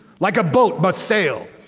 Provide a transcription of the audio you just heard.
like a boat but sail.